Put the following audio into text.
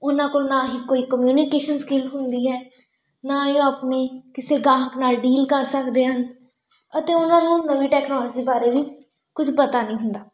ਉਹਨਾਂ ਕੋਲ ਨਾ ਹੀ ਕੋਈ ਕਮਿਊਨੀਕੇਸ਼ਨ ਸਕਿੱਲ ਹੁੰਦੀ ਹੈ ਨਾ ਹੀ ਉਹ ਆਪਣੇ ਕਿਸੇ ਗ੍ਰਾਹਕ ਨਾਲ ਡੀਲ ਕਰ ਸਕਦੇ ਹਨ ਅਤੇ ਉਹਨਾਂ ਨੂੰ ਨਵੀਂ ਟੈਕਨੋਲੋਜੀ ਬਾਰੇ ਵੀ ਕੁਝ ਪਤਾ ਨਹੀਂ ਹੁੰਦਾ